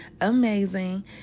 amazing